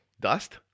Dust